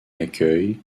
accueil